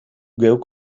geuk